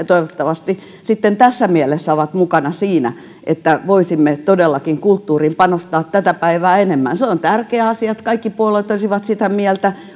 toivottavasti sitten tässä mielessä ovat mukana siinä että voisimme todellakin kulttuuriin panostaa tätä päivää enemmän se on tärkeä asia että kaikki puolueet olisivat sitä mieltä